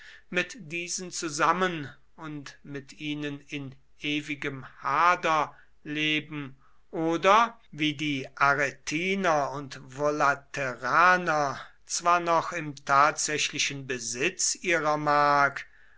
mit diesen zusammen und mit ihnen in ewigem hader leben oder wie die arretiner und volaterraner zwar noch im tatsächlichen besitz ihrer mark